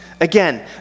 Again